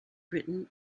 written